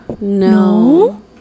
No